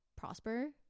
prosper